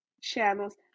channels